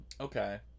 okay